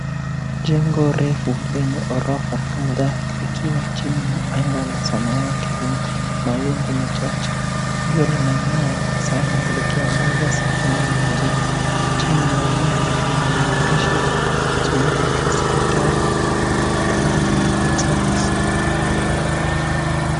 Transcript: Jengo refu lenye ghorofa kadhaa likiwa chini ya anga la samawati lenye mawingu machache. Jua linang'aa sana likiangaza sehemu ya jengo. Chini ya jengo kuna maandishi yanasomeka hospital Pendo medical service .